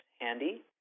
Handy